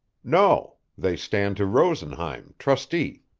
no they stand to rosenheim, trustee.